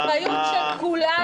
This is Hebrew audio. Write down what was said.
איזה חוסר אחריות של כולנו,